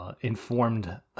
Informed